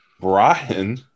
Brian